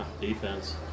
defense